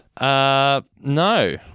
No